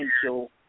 potential